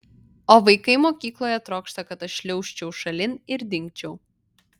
o vaikai mokykloje trokšta kad aš šliaužčiau šalin ir dingčiau